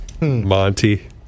Monty